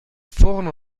forno